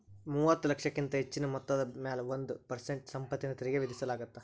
ಮೂವತ್ತ ಲಕ್ಷಕ್ಕಿಂತ ಹೆಚ್ಚಿನ ಮೊತ್ತದ ಮ್ಯಾಲೆ ಒಂದ್ ಪರ್ಸೆಂಟ್ ಸಂಪತ್ತಿನ ತೆರಿಗಿ ವಿಧಿಸಲಾಗತ್ತ